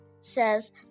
says